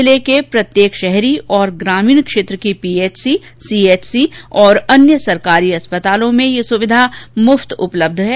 जिले के प्रत्येक शहरी और ग्रामीण क्षेत्र की पीएचसी सीएचसी और अन्य सरकारी अस्पतालों में यह सुविधा मुफ्त उपलब्ध है